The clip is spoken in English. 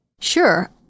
Sure